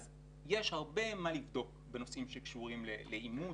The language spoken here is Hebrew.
אז יש הרבה מה לבדוק בנושאים שקשורים לאימוץ.